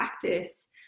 practice